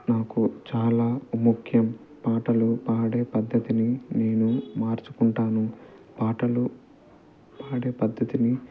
నాకు చాలా ముఖ్యం పాటలు పాడే పద్ధతిని నేను మార్చుకుంటాను పాటలు పాడే పద్ధతిని